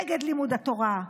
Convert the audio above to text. נגד לימוד התורה.